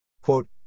Quote